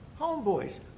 homeboys